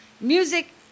Music